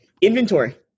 Inventory